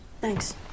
Thanks